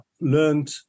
learned